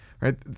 Right